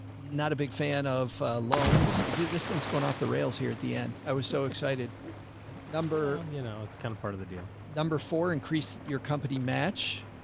not a big fan of loans. this thing's going off the rails here at the end. i so excited number, you know, it's kind of part of the deal. number four, increase your company match.